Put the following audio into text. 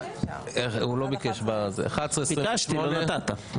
ביקשתי התייעצות סיעתית ולא נתת,